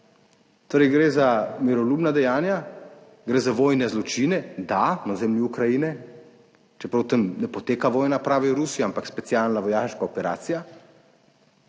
Torej gre za miroljubna dejanja? Gre za vojne zločine? Da, na ozemlju Ukrajine, čeprav tam ne poteka vojna, pravi Rusija, ampak specialna vojaška operacija.